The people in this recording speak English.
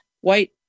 white